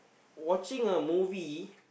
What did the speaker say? watching a movie